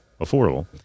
affordable